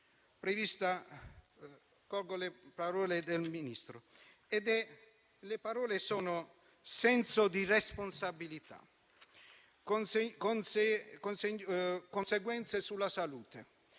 ha parlato di senso di responsabilità, conseguenze sulla salute,